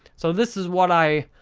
so, this is what i,